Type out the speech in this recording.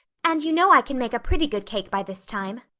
and you know i can make a pretty good cake by this time.